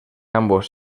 ambos